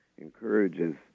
encourages